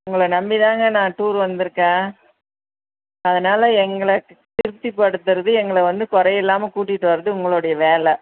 உங்களை நம்பி தாங்க நான் டூர் வந்துருக்கேன் அதனால் எங்களை திருப்தி படுத்துறது எங்களை வந்து குறை இல்லாமல் கூட்டிகிட்டு வரது உங்களுடைய வேலை